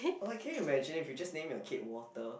or like can you imagine if you just name your kid water